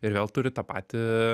ir vėl turi tą patį